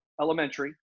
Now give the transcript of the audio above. elementary